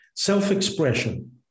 Self-expression